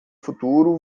futuro